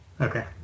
Okay